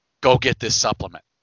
go-get-this-supplement